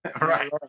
Right